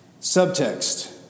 Subtext